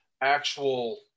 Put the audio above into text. actual